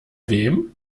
wem